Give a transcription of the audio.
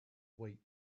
wait